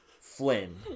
Flynn